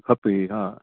खपे हा